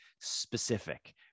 specific